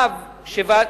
ממשלתית או פרטית?